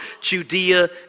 Judea